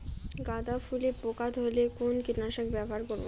গাদা ফুলে পোকা ধরলে কোন কীটনাশক ব্যবহার করব?